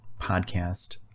podcast